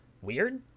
weird